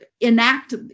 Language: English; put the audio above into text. enact